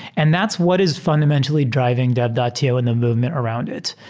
and that's what is fundamentally dr iving dev and to and the movement around it.